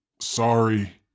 sorry